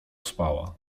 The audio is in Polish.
spała